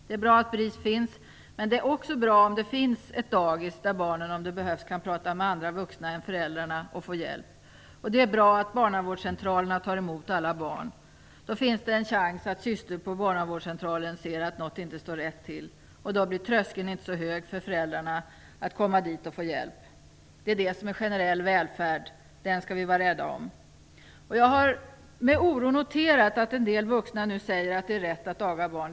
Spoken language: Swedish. Det är bra att BRIS finns, men det är också bra om det finns ett dagis där barnen om det behövs kan prata med andra vuxna än föräldrarna och få hjälp. Det är bra att barnavårdscentralerna tar emot alla barn. Då finns det en chans att syster på barnavårdscentralen ser att något inte står rätt till. Då blir tröskeln inte så hög för föräldrarna att komma dit och få hjälp. Det är det som är generell välfärd. Den skall vi vara rädda om. Jag har med oro noterat att en del vuxna nu säger att det är rätt att aga barn.